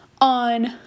on